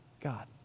God